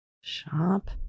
shop